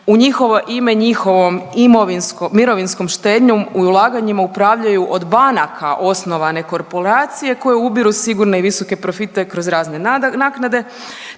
njihovom imovinskom, mirovinskom štednjom i ulaganjima upravljaju od banaka osnovane korporacije koje ubiru sigurne i visoke profite kroz razne naknade,